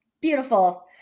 Beautiful